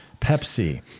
Pepsi